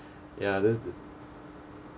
ya this